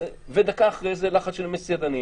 ודקה אחרי זה לחץ של מסעדנים,